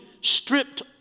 stripped